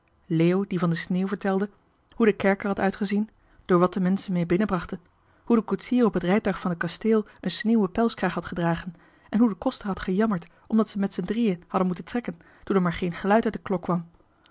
leo die van de sneeuw vertelde hoe de kerk er had uitgezien door wat de menschen mee binnen brachten hoe de koetsier op het rijtuig van het kasteel een sneeuwen pelskraag had gedragen en hoe de koster had gejammerd omdat ze met z'en drieën hadden moeten trekken toen er maar geen geluid uit de klok kwam